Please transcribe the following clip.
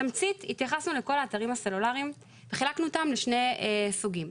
בתמצית התייחסנו לכל האתרים הסלולריים וחילקנו אותם לשני סוגים.